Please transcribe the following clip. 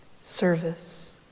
service